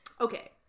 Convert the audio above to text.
okay